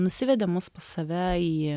nusivedė mus pas save į